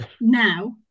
now